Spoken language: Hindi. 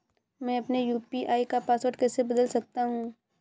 मैं अपने यू.पी.आई का पासवर्ड कैसे बदल सकता हूँ?